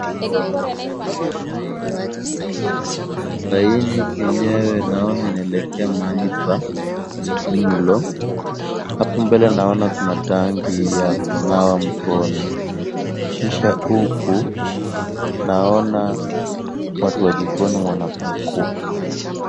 Hawa wamepanga laini na laini yenyewe naona inaelekea mahali pa mlo. Hapo mbele naona kuna tangi ya kunawa mikono, kisha huku naona watu wa jikoni wanapakua.